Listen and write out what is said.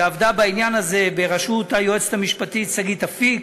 שעבדה בעניין הזה בראשות היועצת המשפטית שגית אפיק,